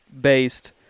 based